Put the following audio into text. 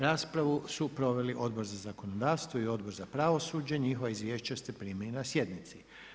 Raspravu su proveli Odbor za zakonodavstvo i Odbor za pravosuđe, njihova izvješća ste primili na sjednici.